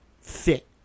fit